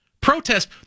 Protest